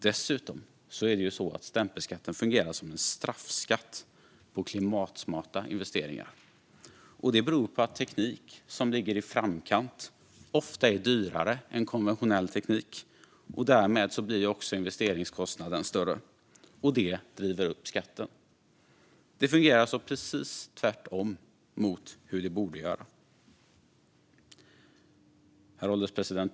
Dessutom är det så att stämpelskatten fungerar som en straffskatt på klimatsmarta investeringar eftersom den teknik som ligger i framkant ofta är dyrare än konventionell teknik. Därmed blir ju också investeringskostnaden större, och det driver upp skatten. Det fungerar alltså precis tvärtemot hur det borde fungera. Herr ålderspresident!